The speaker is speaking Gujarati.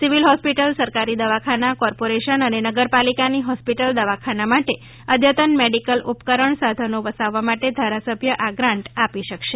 સિવિલ હોસ્પિટલ સરકારી દવાખાના કોર્પોરેશન અને નગરપાલિકાની હોસ્પિટલ દવાખાના માટે અદ્યતન મેડિકલ ઉપકરણ સાધનો વસાવવા માટે ધારાસભ્ય આ ગ્રાન્ટ આપી શકશે